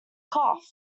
cough